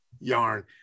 yarn